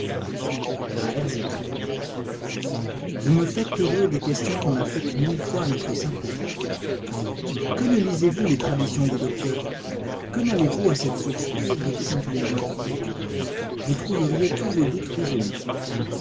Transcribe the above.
usbek vous nous faites toujours des questions qu'on a faites mille fois à notre saint prophète que ne lisez-vous les traditions des docteurs que n'allez-vous à cette source pure de toute intelligence vous trouveriez tous vos doutes résolus